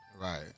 Right